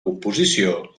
composició